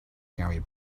gary